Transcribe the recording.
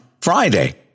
Friday